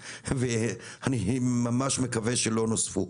ואני ממש מקווה שלא נוספו.